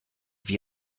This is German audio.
wie